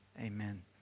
amen